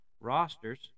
rosters